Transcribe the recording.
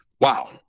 wow